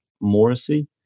Morrissey